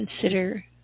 consider